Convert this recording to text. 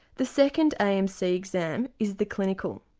the second amc exam is the clinical.